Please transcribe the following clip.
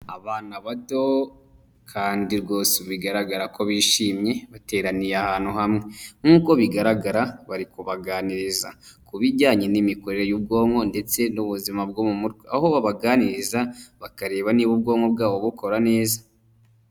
Abana bato kandi rwose bigaragara ko bishimye, bateraniye ahantu hamwe. Nk'uko bigaragara, bari kubaganiriza ku bijyanye n'imikorere y'ubwonko ndetse n'ubuzima bwo mu mutwe. Aho babaganiriza, bakareba niba ubwonko bwabo bukora neza.